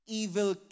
evil